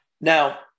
Now